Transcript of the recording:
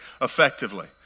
effectively